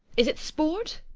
is it sport?